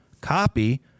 Copy